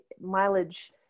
mileage